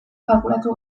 kalkulatu